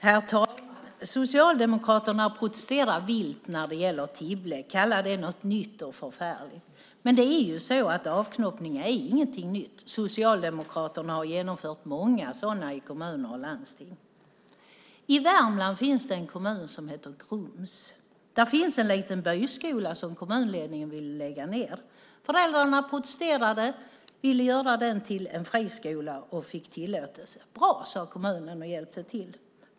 Herr talman! Socialdemokraterna protesterar vilt när det gäller Tibble och kallar det något nytt och förfärligt. Men avknoppning är ingenting nytt. Socialdemokraterna har genomfört många sådana i kommuner och landsting. I Värmland finns det en kommun som heter Grums. Där finns en liten byskola som kommunledningen ville lägga ned. Föräldrarna protesterade och ville göra den till friskola. De fick tillåtelse. Bra, sade kommunen och hjälpte till.